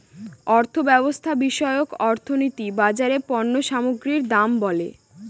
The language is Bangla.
অর্থব্যবস্থা বিষয়ক অর্থনীতি বাজারে পণ্য সামগ্রীর দাম বলে